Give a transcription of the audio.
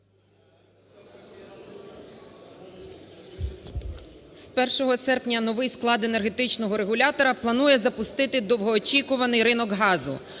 З 1 серпня новий склад енергетичного регулятора планує запустити довгоочікуваний ринок газу.